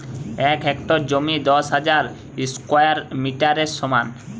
এক হেক্টর জমি দশ হাজার স্কোয়ার মিটারের সমান